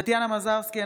אינו נוכח טטיאנה מזרסקי,